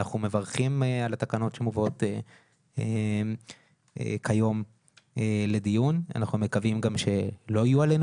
אנחנו מברכים על התקנות שמובאות לכאן לדיון ואנחנו מקווים שלא יהיו עלינו